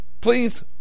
Please